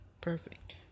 Perfect